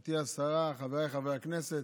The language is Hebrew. גברתי השרה, חבריי חברי הכנסת,